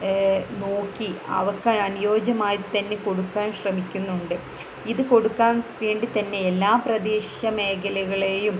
നോക്കി അവയ്ക്ക് അനുയോജ്യമായിത്തന്നെ കൊടുക്കാൻ ശ്രമിക്കുന്നുണ്ട് ഇത് കൊടുക്കാൻ വേണ്ടിത്തന്നെ എല്ലാ പ്രദേശമേഖലകളെയും